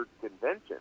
convention